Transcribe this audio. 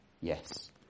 Yes